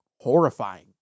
horrifying